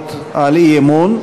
להצבעות על אי-אמון.